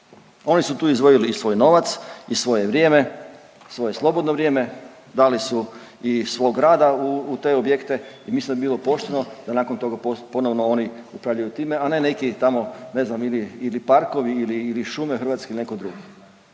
Oni su tu izdvojili i svoj novac i svoje vrijeme, svoje slobodno vrijeme, dali su i svog rada u te objekte i mislim da bi bilo pošteno da nakon toga ponovno oni upravljaju time, a ne neki tamo ne znam ili parkovi ili šume hrvatske ili neko drugi.